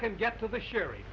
can get to the sherry